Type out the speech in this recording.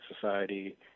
Society